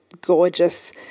gorgeous